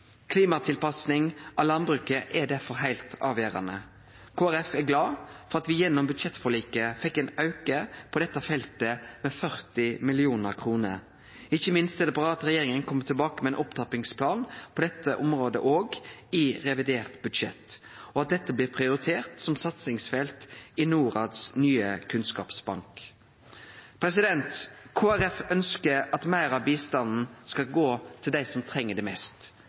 Klimatilpassing av landbruket er derfor heilt avgjerande. Kristeleg Folkeparti er glade for at me gjennom budsjettforliket fekk ein auke på dette feltet med 40 mill. kr. Ikkje minst er det bra at regjeringa kjem tilbake med ein opptrappingsplan òg på dette området i revidert budsjett, og at dette blir prioritert som satsingsfelt i Norads nye kunnskapsbank. Kristeleg Folkeparti ønskjer at meir av bistanden skal gå til dei som treng det mest